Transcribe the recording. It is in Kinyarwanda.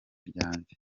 ryanjye